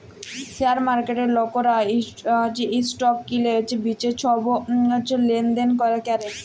share মার্কেটে লকরা stock কিলে বিঁচে ছব লেলদেল ক্যরে